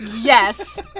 Yes